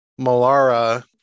Molara